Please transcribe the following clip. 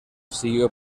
siguió